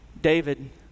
David